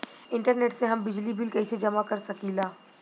Internet से हम बिजली बिल कइसे जमा कर सकी ला?